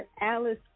Alice